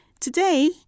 Today